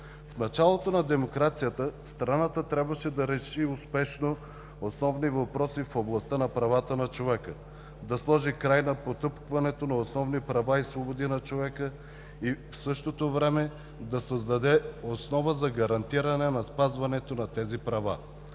В началото на демокрацията страната трябваше да реши успешно основни въпроси в областта на правата на човека, да сложи край на потъпкването на основни права и свободи на човека, и в същото време да създаде основа за гарантиране на спазването на тези права.